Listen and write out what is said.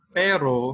pero